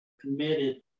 committed